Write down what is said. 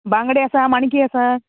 बांगडे आसा माणकी आसा